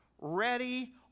ready